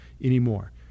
anymore